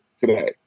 today